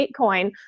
Bitcoin